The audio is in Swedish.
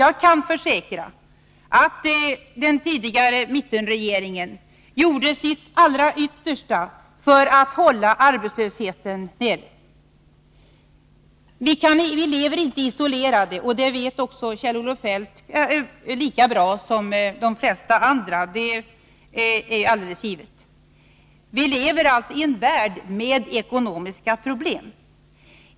Jag kan försäkra att den tidigare mittenregeringen gjorde sitt allra yttersta för att hålla arbetslösheten nere. Vi lever inte isolerade — och det vet Kjell-Olof Feldt givetvis lika bra som alla andra — utan vi lever i en värld med ekonomiska problem.